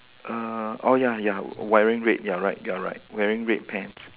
err orh ya ya wearing red you are right you are right wearing red pants